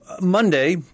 Monday